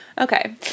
Okay